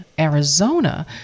Arizona